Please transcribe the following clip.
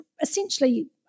essentially